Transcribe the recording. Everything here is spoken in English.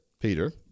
Peter